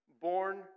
born